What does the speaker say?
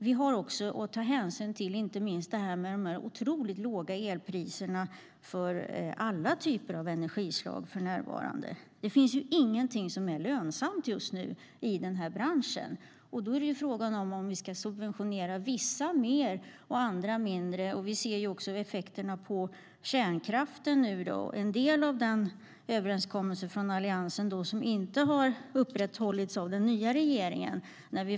Vi har inte minst att ta hänsyn till de för närvarande otroligt låga elpriserna för alla typer av energislag. Det finns ingenting som är lönsamt just nu i den här branschen. Då är frågan om vi ska subventionera vissa mer och andra mindre. Vi ser också effekterna på kärnkraften nu. Här har överenskommelsen från Alliansen inte upprätthållits av den nya regeringen.